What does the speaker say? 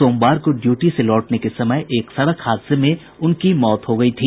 सोमवार को ड्यूटी से लौटने के समय एक सड़क हादसे में उनकी मौत हो गयी थी